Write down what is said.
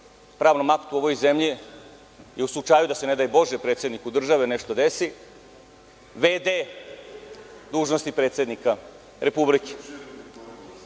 pravnom aktu ove zemlje, u slučaju da se, ne daj Bože, predsedniku države nešto desi, v.d. dužnosti predsednika Republike.